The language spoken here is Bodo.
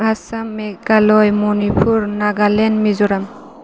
आसाम मेघालय मनिपुर नागालेण्ड मिज'राम